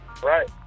Right